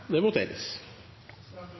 Det voteres